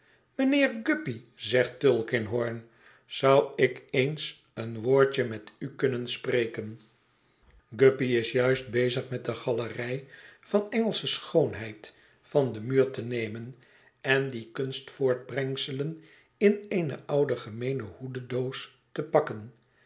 mijnheer guppy zegt tulkinghorn zou ik eens een woordje met u kunnen spreken guppy is juist bezig met de galerij van engelsche schoonheid van den muur te nemen en die kunstvoortbrengselen in eene oude gemeene hoededoos te pakken